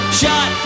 shot